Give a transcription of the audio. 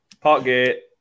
Parkgate